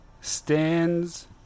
stands